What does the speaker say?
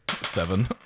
Seven